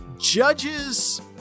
Judges